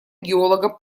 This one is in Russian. геолога